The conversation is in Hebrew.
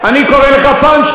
אני צועק מתוך כאב, מתוך כאב.